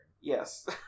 Yes